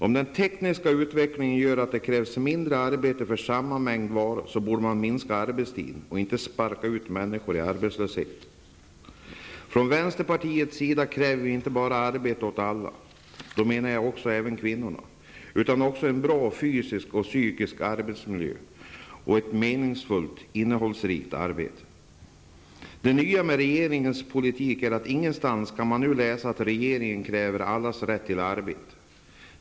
Om den tekniska utvecklingen gör att det krävs mindre arbete för samma mängd varor, borde man minska arbetstiden, och inte sparka ut människor i arbetslösheten. Från vänsterpartiets sida kräver vi inte bara arbete åt alla, då menar jag även kvinnorna, utan också en bra fysisk och psykisk arbetsmiljö och ett meningsfullt, innehållsrikt arbete. Det nya med regeringens politik är att man nu ingenstans kan läsa att regeringen kräver allas rätt till ett arbete.